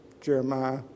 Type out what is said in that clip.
Jeremiah